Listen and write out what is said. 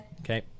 okay